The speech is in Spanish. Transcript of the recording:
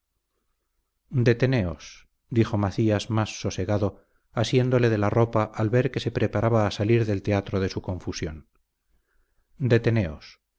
él deteneos dijo macías más sosegado asiéndole de la ropa al ver que se preparaba a salir del teatro de su confusión deteneos